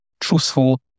truthful